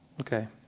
Okay